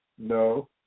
No